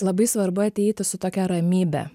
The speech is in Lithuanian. labai svarbu ateiti su tokia ramybe